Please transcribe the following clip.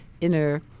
inner